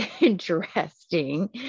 interesting